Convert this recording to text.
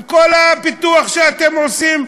עם כל הפיתוח שאתם עושים,